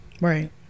right